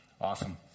Awesome